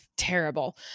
terrible